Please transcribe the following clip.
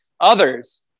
others